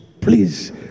Please